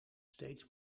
steeds